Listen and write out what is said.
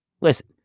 Listen